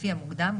לפי המוקדם,